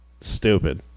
Stupid